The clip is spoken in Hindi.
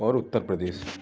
और उत्तर प्रदेश